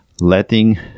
letting